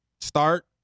Start